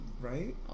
right